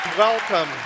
Welcome